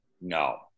No